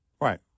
right